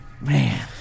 Man